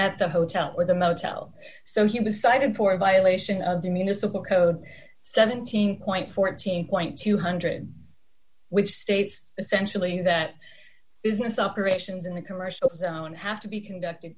at the hotel where the motel so he was fighting for violation of the municipal code seventeen point four team point two hundred which states essentially that business operations in the commercial zone have to be conducted